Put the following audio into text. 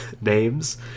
names